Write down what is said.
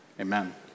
amen